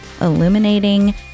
illuminating